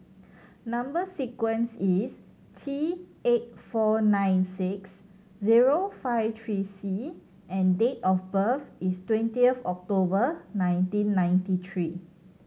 number sequence is T eight four nine six zero five three C and date of birth is twenty of October nineteen ninety three